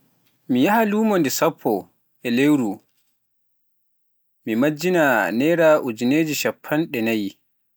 mi yahya lumo nde sappo e lewru mi majjina naira ujinere shappenɗe naayi.